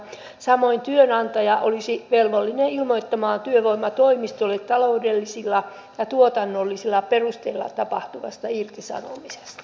samoin työnantaja olisi velvollinen ilmoittamaan työvoimatoimistolle taloudellisilla ja tuotannollisilla perusteilla tapahtuvasta irtisanomisesta